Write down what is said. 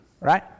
right